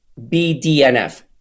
BDNF